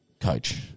coach